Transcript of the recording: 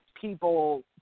people